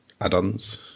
add-ons